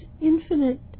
infinite